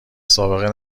سابقه